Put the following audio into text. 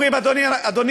אומרים: אדוני השופט,